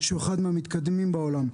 שהוא אחד מהמתקדמים בעולם,